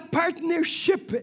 partnership